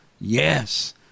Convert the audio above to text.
yes